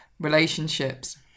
relationships